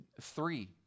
Three